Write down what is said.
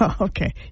Okay